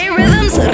Rhythm's